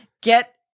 get